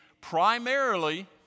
primarily